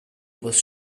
was